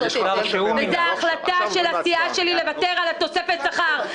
וזה ההחלטה של הסיעה שלי לוותר על תוספת השכר.